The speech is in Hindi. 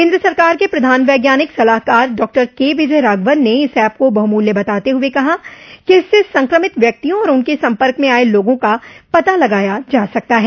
केंद्र सरकार के प्रधान वैज्ञानिक सलाहकार डॉक्टर के विजय राघवन ने इस ऐप को बहुमूल्य बताते हुए कहा कि इससे संक्रमित व्यक्तियों और उनके संपर्क में आए लोगों का पता लगाया जा सकता है